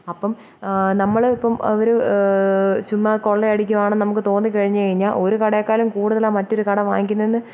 അപ്പം നമ്മൾ ഇപ്പം അവർ ചുമ്മാ കൊള്ളയടിക്കുവാണന്ന് നമുക്ക് തോന്നി കഴിഞ്ഞ് കഴിഞ്ഞാൽ ഒരു കടയേക്കാളും കൂടുതലാണ് മറ്റൊരു കട വാങ്ങിക്കുന്നതെന്ന് തോന്നി കഴിഞ്ഞാൽ